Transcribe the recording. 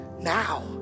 now